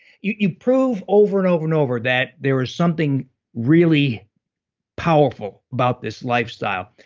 you prove over and over and over that there is something really powerful about this lifestyle.